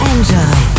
Enjoy